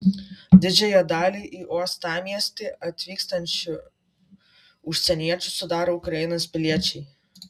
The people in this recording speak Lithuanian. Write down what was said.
didžiąją dalį į uostamiestį atvykstančių užsieniečių sudaro ukrainos piliečiai